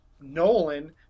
Nolan